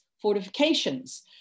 fortifications